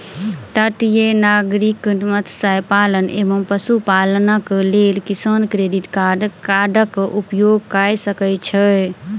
तटीय नागरिक मत्स्य पालन एवं पशुपालनक लेल किसान क्रेडिट कार्डक उपयोग कय सकै छै